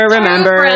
Remember